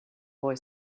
boy